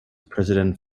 president